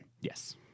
Yes